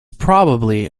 probably